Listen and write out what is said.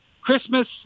Christmas